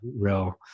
real –